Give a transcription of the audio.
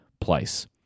place